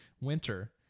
winter